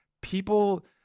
people